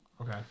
Okay